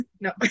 no